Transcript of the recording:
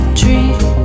dream